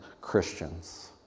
Christians